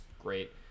great